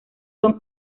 son